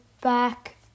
back